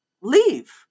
leave